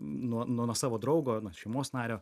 nuo nuo savo draugo šeimos nario